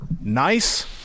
Nice